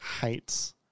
hates